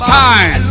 time